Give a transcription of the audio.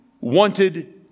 wanted